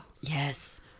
Yes